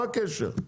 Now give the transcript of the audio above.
מה הקשר?